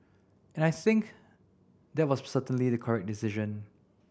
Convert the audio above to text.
and I think that was certainly the correct decision